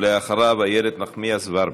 ואחריו, איילת נחמיאס ורבין.